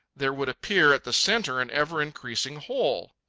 there would appear at the centre an ever increasing hole.